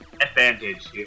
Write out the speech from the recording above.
advantage